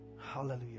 Hallelujah